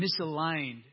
misaligned